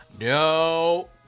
No